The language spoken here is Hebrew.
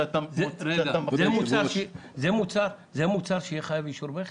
זה מוצר שיהיה חייב אישור מכס?